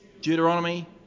Deuteronomy